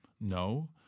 No